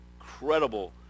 incredible